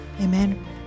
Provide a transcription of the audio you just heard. Amen